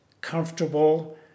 comfortable